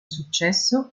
successo